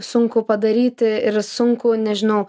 sunku padaryti ir sunku nežinau